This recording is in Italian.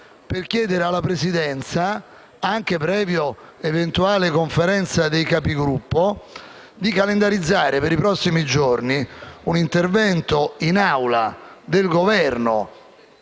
per chiedere alla Presidenza, anche previa eventuale Conferenza dei Capigruppo, di calendarizzare per i prossimi giorni un intervento in Aula del Governo,